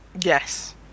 Yes